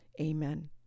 Amen